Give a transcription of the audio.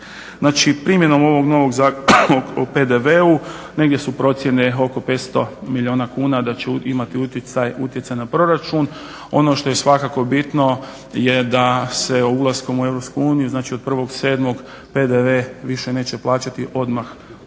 Znači primjenom ovog novog Zakona o PDV-u negdje su procjene oko 500 milijuna kuna da će imati utjecaj na proračun. Ono što je svakako bitno je da se ulaskom u EU znači od 1.7. PDV više neće plaćati odmah